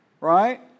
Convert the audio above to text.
right